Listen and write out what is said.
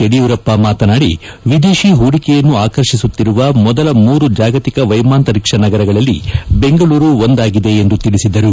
ಯಡಿಯೂರಪ್ಪ ಮಾತನಾಡಿವಿದೇಶಿ ಹೂಡಿಕೆಯನ್ನು ಆಕರ್ಷಿಸುತ್ತಿರುವ ಮೊದಲ ಮೂರು ಜಾಗತಿಕ ವೈಮಾಂತರಿಕ್ಷ ನಗರಗಳಲ್ಲಿ ಬೆಂಗಳೂರು ಒಂದಾಗಿದೆ ಎಂದು ತಿಳಿಸಿದರು